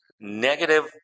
negative